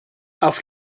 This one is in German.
auf